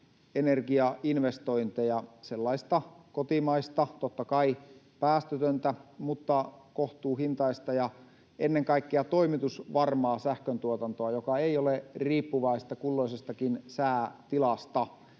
energiainvestointeja, sellaista kotimaista, totta kai päästötöntä mutta kohtuuhintaista ja ennen kaikkea toimitusvarmaa sähköntuotantoa, joka ei ole riippuvaista kulloisestakin säätilasta.